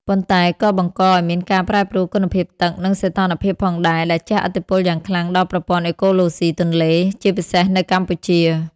ប៉ុន្តែក៏បង្កឱ្យមានការប្រែប្រួលគុណភាពទឹក និងសីតុណ្ហភាពផងដែរ ដែលជះឥទ្ធិពលយ៉ាងខ្លាំងដល់ប្រព័ន្ធអេកូឡូស៊ីទន្លេ ជាពិសេសនៅកម្ពុជា។